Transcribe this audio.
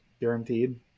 guaranteed